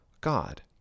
God